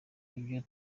ibyo